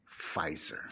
Pfizer